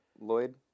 Lloyd